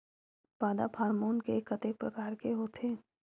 पादप हामोन के कतेक प्रकार के होथे?